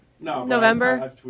November